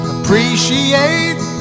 Appreciate